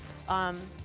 um,